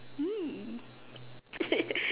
!ee!